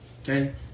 Okay